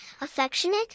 affectionate